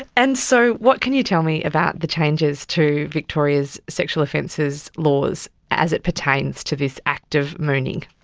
and so what can you tell me about the changes to victoria's sexual offences laws as it pertains to this act of mooning?